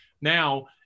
Now